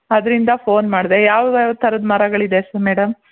ಅದರಿಂದ ಫೋನ್ ಮಾಡಿದೆ ಯಾವ್ಯಾವ ಥರದ ಮರಗಳಿದೆ ಸ್ ಮೇಡಮ್